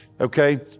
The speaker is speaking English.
okay